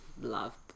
love